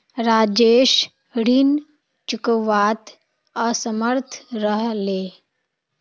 राजेश ऋण चुकव्वात असमर्थ रह ले